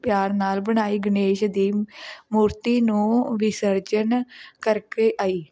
ਪਿਆਰ ਨਾਲ ਬਣਾਈ ਗਣੇਸ਼ ਦੀ ਮੂਰਤੀ ਨੂੰ ਵਿਸਰਜਨ ਕਰਕੇ ਆਈ